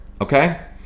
okay